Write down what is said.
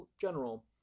general